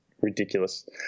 ridiculous